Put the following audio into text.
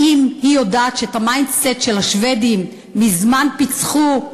האם היא יודעת שאת ה-mindset של השבדים מזמן פיצחו,